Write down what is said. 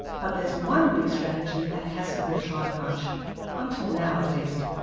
but there's one big strategy that hasn't been tried much until now at least,